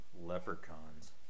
leprechauns